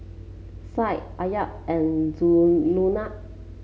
Syed Amsyar and